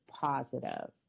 positive